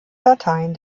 dateien